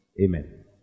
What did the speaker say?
Amen